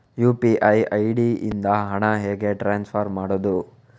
UPI ID ಇಂದ ಹಣ ಹೇಗೆ ಟ್ರಾನ್ಸ್ಫರ್ ಮಾಡುದು?